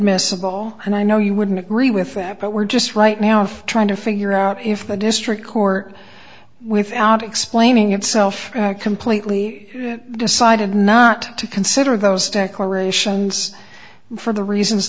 inadmissible and i know you wouldn't agree with that but we're just right now trying to figure out if the district court without explaining itself completely decided not to consider those declarations for the reasons